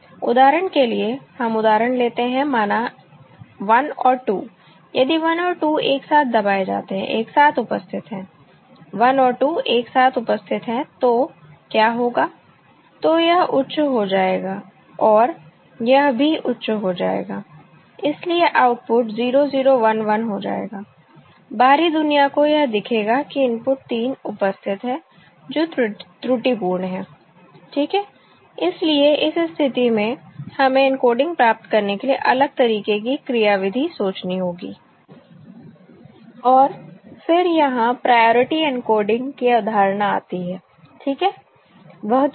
उदाहरण के लिए हम उदाहरण लेते हैं माना 1 और 2 यदि 1 और 2 एक साथ दबाए जाते हैं एक साथ उपस्थित है 1 और 2 एक साथ उपस्थित है तो क्या होगा तो यह उच्च हो जाएगा और यह भी उच्च हो जाएगा इसलिए आउटपुट 0 0 1 1 हो जाएगा बाहरी दुनिया को यह दिखेगा कि इनपुट 3 उपस्थित है जो त्रुटिपूर्ण है ठीक है इसलिए इस स्थिति में हमें इनकोडिंग प्राप्त करने के लिए अलग तरीके की क्रियाविधि सोचने होगी और फिर यहां प्रायोरिटी इनकोडिंग की अवधारणा आती है ठीक है वह क्या है